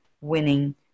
winning